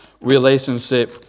relationship